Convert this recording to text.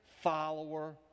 follower